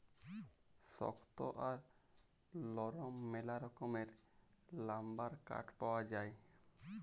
শক্ত আর লরম ম্যালা রকমের লাম্বার কাঠ পাউয়া যায়